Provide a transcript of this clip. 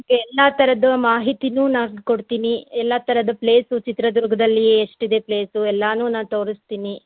ನಿಮಗೆ ಎಲ್ಲ ಥರದ್ದು ಮಾಹಿತಿನು ನಾನು ಕೊಡ್ತೀನಿ ಎಲ್ಲ ಥರದ ಪ್ಲೇಸು ಚಿತ್ರದುರ್ಗದಲ್ಲಿ ಎಷ್ಟಿದೆ ಪ್ಲೇಸು ಎಲ್ಲಾನು ನಾನು ತೋರ್ಸ್ತಿನಿ